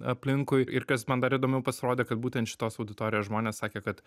aplinkui ir kas man dar įdomiau pasirodė kad būtent šitos auditorijos žmonės sakė kad